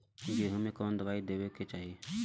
गेहूँ मे कवन दवाई देवे के चाही?